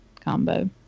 combo